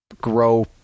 grow